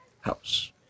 house